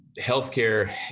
healthcare